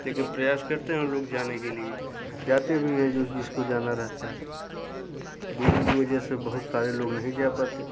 लेकिन प्रयास करते हैं हम लोग जाने के लिए जाते भी हैं जो जिसको जाना रहता है दूर की वजह से बहुत सारे लोग नहीं जा पाते